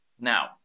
Now